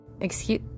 excuse